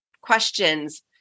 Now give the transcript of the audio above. questions